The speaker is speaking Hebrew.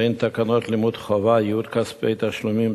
בין תקנות לימוד חובה (ייעוד כספי תשלומים),